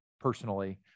personally